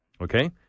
okay